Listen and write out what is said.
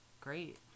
great